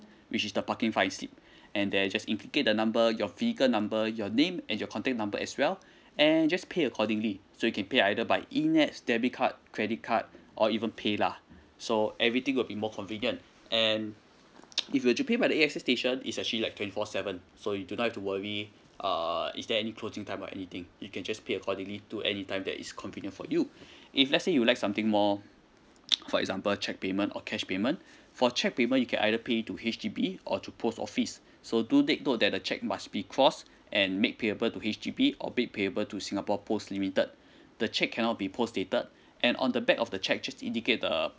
which the parking fines and then just indicate the number your vehicle number your name and your contact number as well and just pay accordingly so you can pay either by E NETS debit card credit card or even pay lah so everything will be more convenient and if you were to pay by the A_X_S station is actually like twenty four seven so you do not have to worry err is there any closing time or anything you can just pay accordingly to any time that is convenient for you if let's say you like something more for example cheque payment or cash payment for cheque payment you can either pay it to H_D_B or to post office so do take note that the cheque must be crossed and make payable to H_D_B or make payable to singapore post limited the cheque cannot be post dated and on the back of the cheque just indicate the